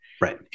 Right